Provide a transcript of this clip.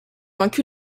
vaincu